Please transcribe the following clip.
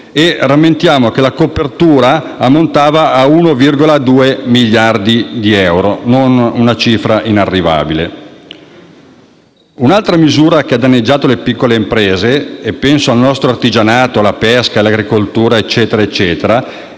Rammentiamo che la copertura ammontava a 1,2 miliardi di euro, una cifra non inarrivabile. Un'altra misura che ha danneggiato le piccole imprese - e penso al nostro artigianato, alla pesca e all'agricoltura e